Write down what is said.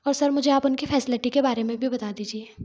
और सर मुझे आप उनकी फैसिलिटी के बारे में भी बता दीजिए